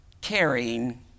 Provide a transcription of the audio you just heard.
carrying